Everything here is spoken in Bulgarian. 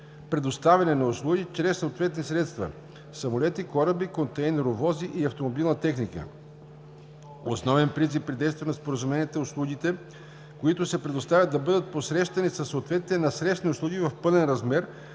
предоставяне на услуги чрез съответни средства – самолети, кораби, контейнеровози и автомобилна техника. Основен принцип при действието на споразуменията е услугите, които се предоставят, да бъдат посрещани със съответни насрещни услуги в пълен размер,